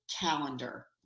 calendar